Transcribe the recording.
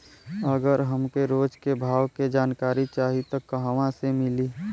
अगर हमके रोज के भाव के जानकारी चाही त कहवा से मिली?